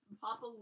Papa